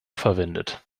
verwendet